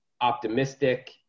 optimistic